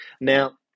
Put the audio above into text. Now